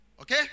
Okay